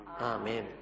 Amen